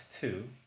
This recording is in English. two